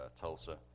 Tulsa